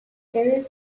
series